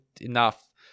enough